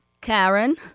Karen